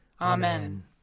Amen